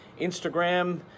Instagram